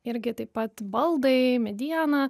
irgi taip pat baldai mediena